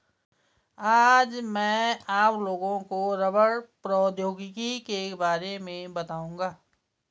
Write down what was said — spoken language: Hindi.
आज मैं आप लोगों को रबड़ प्रौद्योगिकी के बारे में बताउंगा